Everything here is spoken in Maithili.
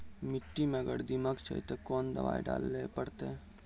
मिट्टी मे अगर दीमक छै ते कोंन दवाई डाले ले परतय?